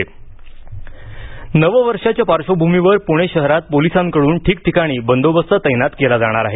नववर्ष बदोबस्त नववर्षाच्या पार्श्वभूमीवर पुणे शहरात पोलिसांकडून ठिकठिकाणी बंदोबस्त तैनात केला जाणार आहे